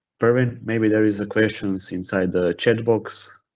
steven, maybe there is a questions inside the chatbox.